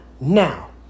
Now